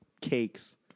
cakes